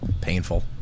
painful